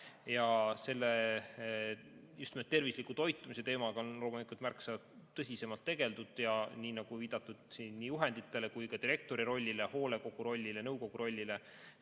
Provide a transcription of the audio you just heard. valik. Just nimelt tervisliku toitumise teemaga on loomulikult märksa tõsisemalt tegeldud. Siin on viidatud nii juhenditele kui ka direktori rollile, hoolekogu rollile, nõukogu rollile